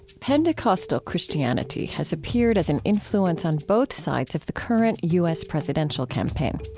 pentecostal christianity has appeared as an influence on both sides of the current u s. presidential campaign.